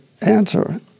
answer